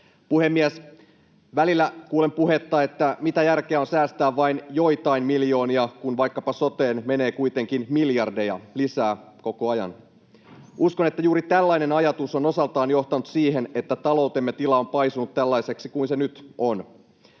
Puhemies! Välillä kuulen puhetta, että mitä järkeä on säästää vain joitain miljoonia, kun vaikkapa soteen menee kuitenkin miljardeja lisää koko ajan. Uskon, että juuri tällainen ajatus on osaltaan johtanut siihen, että taloutemme tila on paisunut tällaiseksi kuin se nyt on.